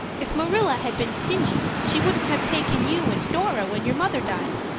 if marilla had been stingy she wouldn't have taken you and dora when your mother died.